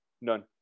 none